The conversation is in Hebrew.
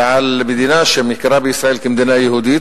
ועל מדינה שמכירה בישראל כמדינה יהודית,